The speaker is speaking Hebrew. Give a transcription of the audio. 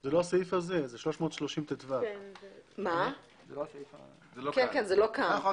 זה בהמשך, 330טו. ואת יכולה